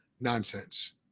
nonsense